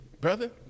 brother